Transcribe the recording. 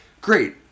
Great